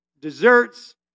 desserts